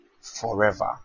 forever